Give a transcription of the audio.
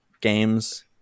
games